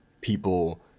people